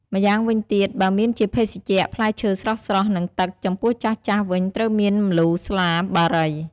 ម្យ៉ាងវិញទៀត បើមានជាភេសជ្ជៈ ផ្លែឈើស្រស់ៗ និងទឹក ចំពោះចាស់ៗវិញត្រូវមានម្លូស្លាបារី។